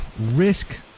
risk